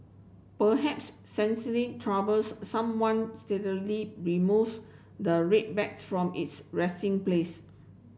perhaps troubles someone removes the red bag from its resting place